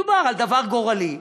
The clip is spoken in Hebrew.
מדובר על דבר גורלי,